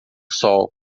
sol